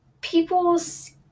people's